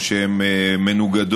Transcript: או שהם מנוגדים,